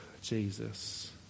Jesus